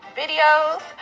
videos